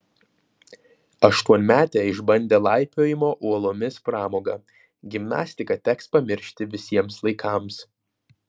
aštuonmetė išbandė laipiojimo uolomis pramogą gimnastiką teks pamiršti visiems laikams